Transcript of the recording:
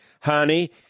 honey